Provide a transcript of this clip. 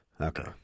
Okay